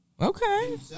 Okay